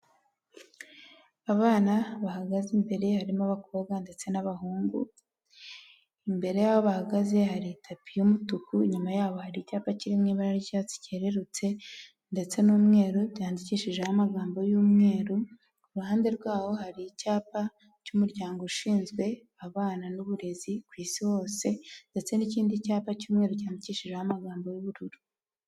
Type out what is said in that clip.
Abana bahagaze imbere harimo abakobwa ndetse n'abahungu imbere yaho bahagaze haritapi y'umutuku inyuma yaho hari icyapa kiri mu ibara ry'icyatsi cyerererutse ndetse n'umweru byandikishijeho amagambo y'umweru ku ruhande rwaho hari icyapa cy'umuryango ushinzwe abana n'uburezi ku isi hose ndetse n'ikindi cyapa cyumweru cyanyandikishijeho amagambo y'ubururu.